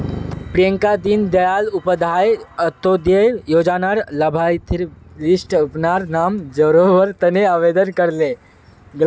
प्रियंका दीन दयाल उपाध्याय अंत्योदय योजनार लाभार्थिर लिस्टट अपनार नाम जोरावर तने आवेदन करले